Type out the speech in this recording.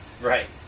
Right